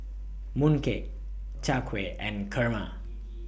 Mooncake Chai Kueh and Kurma